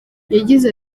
yagize